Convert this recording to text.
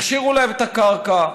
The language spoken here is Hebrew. הכשירו להם את הקרקע,